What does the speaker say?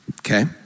okay